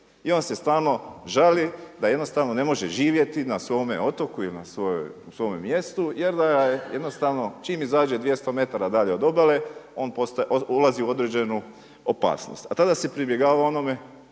i on se stalno žali da ne može živjeti na svome otoku ili u svojem mjestu jer čim izađe 200m dalje od obale on ulazi u određenu opasnost. A tada se pribjegava onome